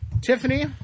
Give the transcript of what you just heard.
Tiffany